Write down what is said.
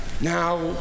Now